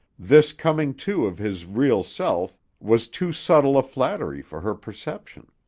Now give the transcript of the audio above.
this coming to of his real self was too subtle a flattery for her perception.